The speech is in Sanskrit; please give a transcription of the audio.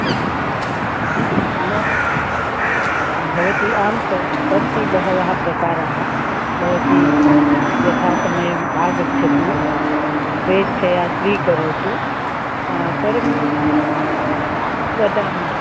तर्हि न भवती आं स सन्ति बहवः प्रकाराः भवती यथासमयम् आगच्छतु स्वेच्छया स्वीकरोतु परं वदामि